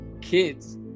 kids